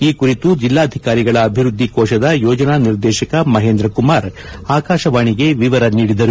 ಈ ಕುರಿತು ಜೆಲ್ಲಾಕಾರಿಗಳ ಅಭಿವ್ದದ್ದಿ ಕೋಶದ ಯೋಜನಾ ನಿರ್ದೇಶಕ ಮಹೇಂದ ಕುಮಾರ್ ಆಕಾಶವಾಣಿಗೆ ವಿವರ ನೀಡಿದರು